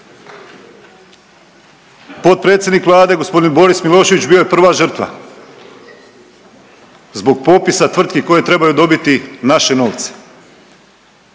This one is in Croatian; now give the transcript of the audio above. Potpredsjednik Vlade g. Boris Milošević bio je prva žrtva, zbog popisa tvrtki koje trebaju dobiti naše novce.